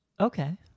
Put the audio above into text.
Okay